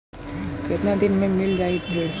कितना दिन में मील जाई ऋण?